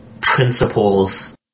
principles